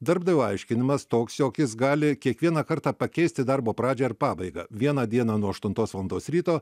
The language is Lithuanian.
darbdavio aiškinimas toks jog jis gali kiekvieną kartą pakeisti darbo pradžią ir pabaigą vieną dieną nuo aštuntos valandos ryto